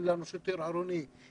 אין להם שוטרים עירוניים,